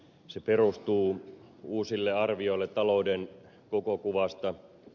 se perustuu uusille arvioille talouden koko kuvasta